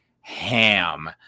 ham